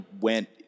went